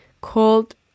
called